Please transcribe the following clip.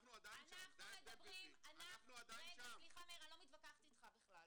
רגע, סליחה, סליחה.